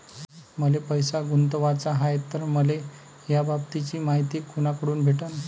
मले पैसा गुंतवाचा हाय तर मले याबाबतीची मायती कुनाकडून भेटन?